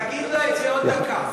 תגיד לו את זה עוד דקה,